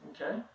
Okay